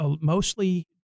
mostly